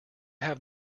have